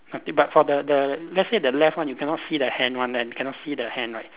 okay but for the the let's say the left one you cannot see the hand one then cannot see the hand right